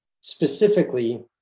specifically